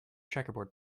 checkerboard